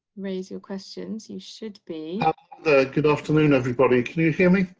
raise your questions. you should be the good afternoon everybody. can you hear me?